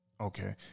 Okay